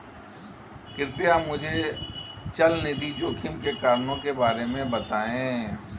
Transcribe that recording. कृपया मुझे चल निधि जोखिम के कारणों के बारे में बताएं